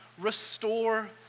restore